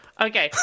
Okay